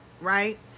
right